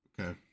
Okay